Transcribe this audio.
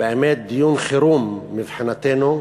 באמת דיון חירום מבחינתנו,